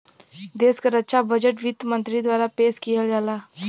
देश क रक्षा बजट वित्त मंत्री द्वारा पेश किहल जाला